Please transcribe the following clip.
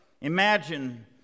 Imagine